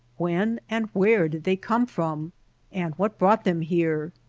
when and where did they come from and what brought them here?